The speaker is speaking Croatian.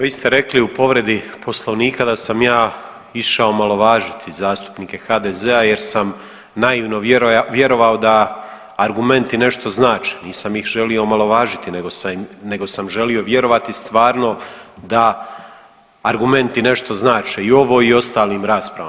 Vi ste rekli u povredi Poslovnika da sam ja išao omalovažiti zastupnike HDZ-a jer sam naivno vjerovao da argumenti nešto znače, nisam ih želio omalovažiti nego sam želio vjerovati stvarno da argumenti nešto znače i ovo i u ostalim raspravama.